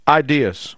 ideas